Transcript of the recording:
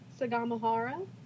Sagamihara